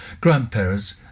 grandparents